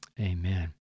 Amen